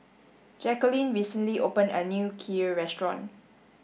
Jackeline recently opened a new Kheer restaurant